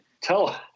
Tell